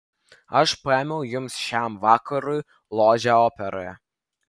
aš paėmiau jums šiam vakarui ložę operoje